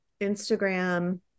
Instagram